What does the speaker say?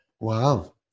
wow